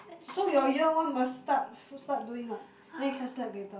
so your year one must start full start doing what then you can slap later